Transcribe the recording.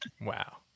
Wow